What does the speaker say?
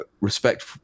respect